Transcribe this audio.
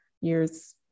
years